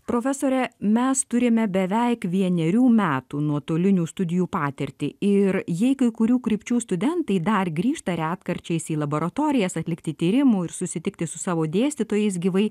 profesore mes turime beveik vienerių metų nuotolinių studijų patirtį ir jei kai kurių krypčių studentai dar grįžta retkarčiais į laboratorijas atlikti tyrimų ir susitikti su savo dėstytojais gyvai